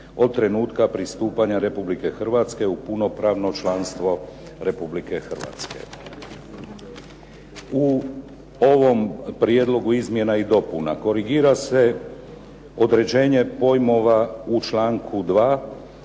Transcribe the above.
od trenutka pristupanja Republike Hrvatske u punopravno članstvo Republike Hrvatske. U ovom prijedlogu izmjena i dopuna korigira se određenje pojmova u članku 2.